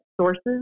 sources